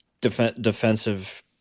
defensive